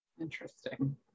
Interesting